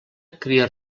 cria